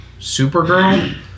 supergirl